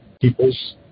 people's